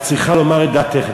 את צריכה לומר את דעתך,